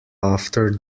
after